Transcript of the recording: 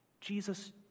Jesus